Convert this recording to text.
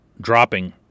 dropping